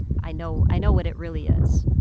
i know i know what it really is.